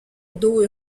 indo